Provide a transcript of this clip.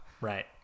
right